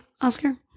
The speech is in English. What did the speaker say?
oscar